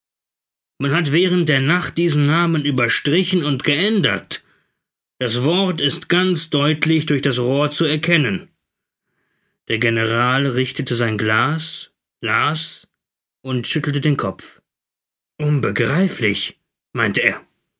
man hat während der nacht diesen namen überstrichen und geändert das wort ist ganz deutlich durch das rohr zu erkennen der general richtete sein glas las und schüttelte den kopf unbegreiflich meinte er